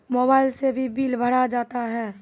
Mobile से भी bill भरा जाता हैं?